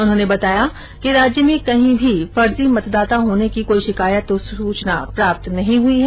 उन्होंने बताया कि राज्य में कहीं भी फर्जी मतदाता होने की कोई शिकायत या सूचना प्राप्त नहीं हुई है